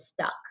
stuck